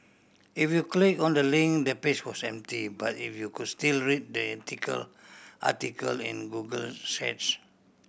if you click on the link the page was empty but you will could still read the article in Google's cache